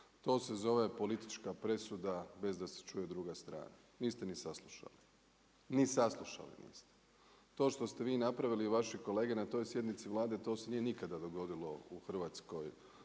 To se zove politička presuda bez da se čuje. Niste ni saslušali. To što ste vi napravili i vaše kolege na toj sjednici Vlade to se nije nikada dogodilo u hrvatskoj